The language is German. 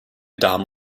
damen